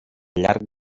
llarg